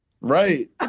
Right